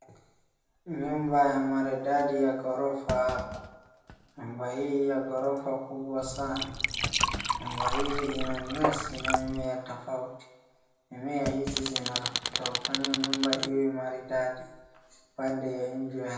Nyumba ya maridadi ya ghorofa hapa, nyumba hii ya ghorofa kubwa sana, nyumba hii ina nyasi na mmea tofauti, mimea hizi zinazofanya nyumba iwe maridadi upande ya nje.